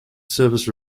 service